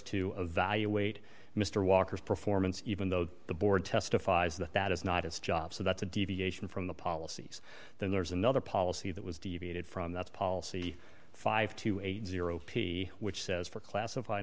to evaluate mr walker's performance even though the board testifies that that is not his job so that's a deviation from the policies then there's another policy that was deviated from that's policy five to eighty dollars p which says for classified